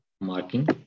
marking